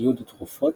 ציוד ותרופות,